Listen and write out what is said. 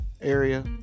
area